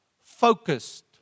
focused